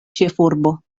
ĉefurbo